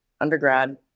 undergrad